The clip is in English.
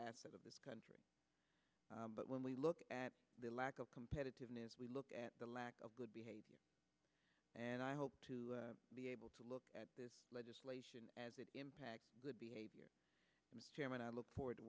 asset of this country but when we look at the lack of competitiveness we look at the lack of good behavior and i hope to be able to look at this legislation as it impacts the chairman i look forward to